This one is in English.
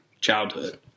childhood